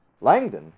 Langdon